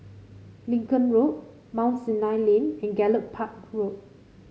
Lincoln Road Mount Sinai Lane and Gallop Park Road